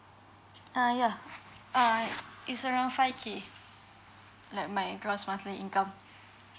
err yeah uh it's around five K like my gross monthly income